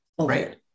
Right